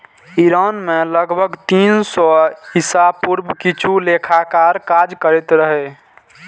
Iran मे लगभग तीन सय ईसा पूर्व किछु लेखाकार काज करैत रहै